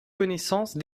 connaissance